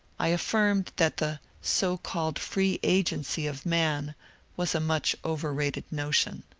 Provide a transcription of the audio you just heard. i affirmed that the so-called free agency of man was a much overrated notion.